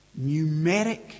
numeric